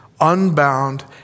unbound